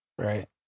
Right